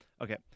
okay